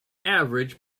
average